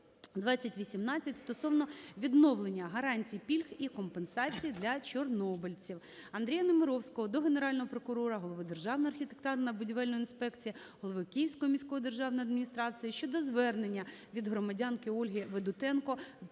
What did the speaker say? №6-р/2018 стосовно відновлення гарантій, пільг і компенсацій для чорнобильців. Андрія Немировського до Генерального прокурора, Голови Державної архітектурно-будівельної інспекції, голови Київської міської державної адміністрації щодо звернення від громадянки Ольги Ведутенко